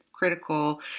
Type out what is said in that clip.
Critical